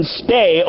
stay